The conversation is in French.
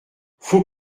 faut